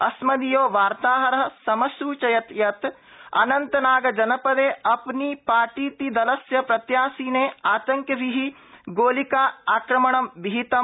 अस्मदीयो वार्ताहरः समसूचयत यत े अनन्तनाग जन दे अ नी ार्टीति दलस्य प्रत्याशिने आतंकिभिः गोलिकाक्रमणं विहितम